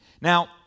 Now